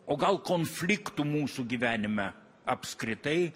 o gal konfliktų mūsų gyvenime apskritai